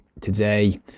today